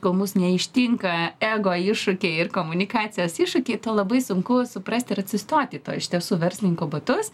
kol mus neištinka ego iššūkiai ir komunikacijos iššūkiai tol labai sunku suprast ir atsistot į to iš tiesų verslininko batus